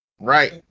Right